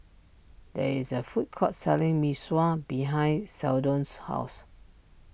there is a food court selling Mee Sua behind Seldon's house